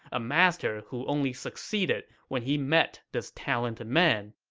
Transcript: a master who only succeeded when he met this talented man.